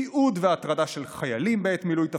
תיעוד והטרדה של חיילים בעת מילוי תפקידם,